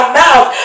mouth